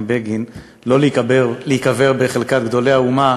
בגין שלא להיקבר בחלקת גדולי האומה,